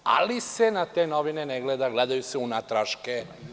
Ali se na te novine ne gleda, gledaju se unatraške.